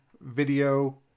video